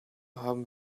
haben